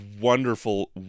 wonderful